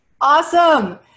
Awesome